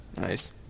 Nice